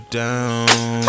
down